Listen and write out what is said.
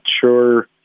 sure